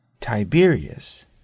Tiberius